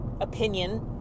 opinion